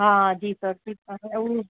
હા જી સર